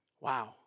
Wow